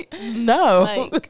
no